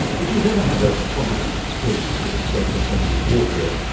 if you've ever had a traumatic experience with a self-assembly wardrobe,